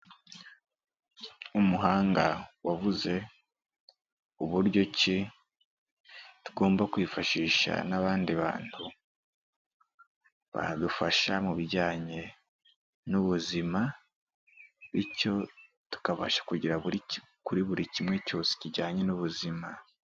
Umuhanga wavuze uburyo ki tugomba kwifashisha n'abandi bantu badufasha mu bijyanye n'ubuzima, bityo tukabasha kugera kuri buri kimwe cyose kijyanye n'ubuzima.